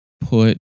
put